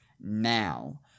now